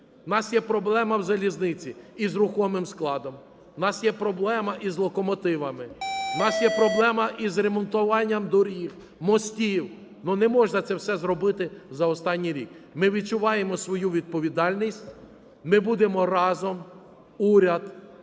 У нас є проблема в залізниці з рухомим складом, у нас є проблема з локомотивами, у нас є проблема з ремонтуванням доріг, мостів. Ну, не можна це все зробити за останній рік. Ми відчуваємо свою відповідальність. Ми будемо разом: уряд,